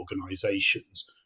organisations